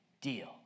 deal